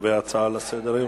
לגבי ההצעה לסדר-היום?